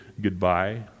goodbye